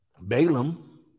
Balaam